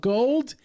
Gold